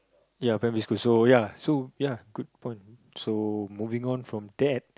ya primary school so ya so ya good point so moving on from that